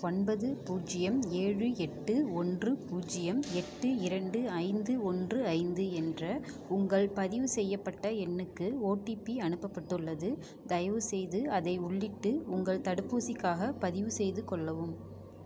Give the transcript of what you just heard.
ஒன்பது பூஜ்ஜியம் ஏழு எட்டு ஒன்று பூஜ்ஜியம் எட்டு இரண்டு ஐந்து ஒன்று ஐந்து என்ற உங்கள் பதிவு செய்யப்பட்ட எண்ணுக்கு ஓடிபி அனுப்பப்பட்டுள்ளது தயவுசெய்து அதை உள்ளிட்டு உங்கள் தடுப்பூசிக்காக பதிவு செய்து கொள்ளவும்